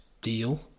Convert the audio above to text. deal